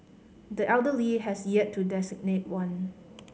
the elder Lee has yet to designate one